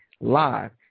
live